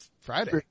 Friday